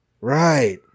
Right